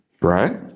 right